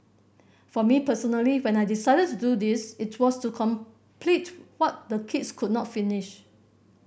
for me personally when I decided to do this it was to complete what the kids could not finish